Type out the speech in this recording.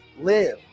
live